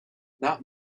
not